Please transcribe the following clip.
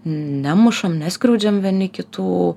nemušam neskriaudžiam vieni kitų